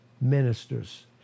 ministers